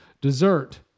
Dessert